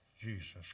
Jesus